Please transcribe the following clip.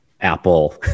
Apple